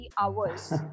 hours